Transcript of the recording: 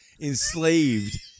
Enslaved